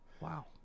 Wow